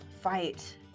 fight